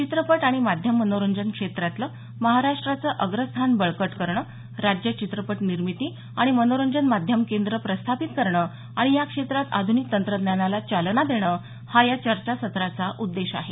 चित्रपट आणि माध्यम मनोरंजन क्षेत्रातलं महाराष्ट्राचं अग्रस्थान बळकट करणं राज्य चित्रपट निर्मिती आणि मनोरंजन माध्यम केंद्र प्रस्थापित करणं आणि या क्षेत्रात आधुनिक तंत्रज्ञानाला चालना देणं हा या चर्चासत्राचा उद्देश आहे